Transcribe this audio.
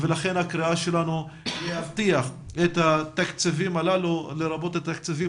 ולכן הקריאה שלנו היא להבטיח את התקציבים הללו לרבות התקציבים